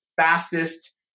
fastest